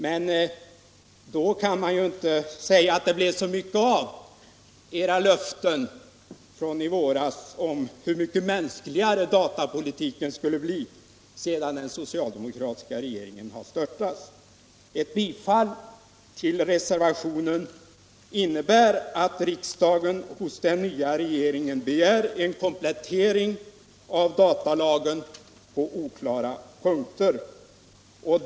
Men då kan man ju inte säga att det blev så mycket av era löften från i våras om hur mycket mänskligare datapolitiken skulle bli sedan den socialdemokratiska regeringen störtats. Ett bifall till reservationen innebär att riksdagen hos den nya regeringen begär en komplettering av datalagen på oklara punkter.